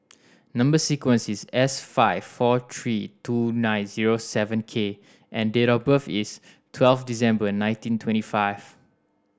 number sequence is S five four three two nine zero seven K and date of birth is twelve December nineteen twenty five